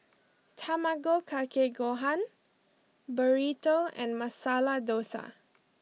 Tamago kake gohan Burrito and Masala Dosa